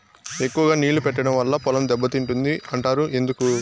ఎక్కువగా నీళ్లు పెట్టడం వల్ల పొలం దెబ్బతింటుంది అంటారు ఎందుకు?